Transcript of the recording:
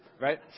right